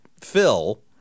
Phil